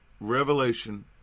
revelation